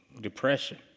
depression